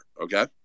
Okay